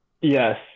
Yes